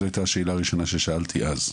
זו הייתה השאלה הראשונה ששאלתי אז,